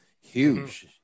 huge